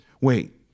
Wait